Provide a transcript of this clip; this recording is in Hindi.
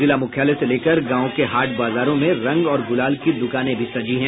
जिला मुख्यालय से लेकर गांवों के हाट बाजारों में रंग और गुलाल की दुकानें भी सजी हैं